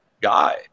Guy